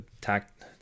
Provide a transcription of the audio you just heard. tact